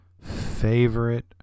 favorite